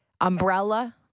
Umbrella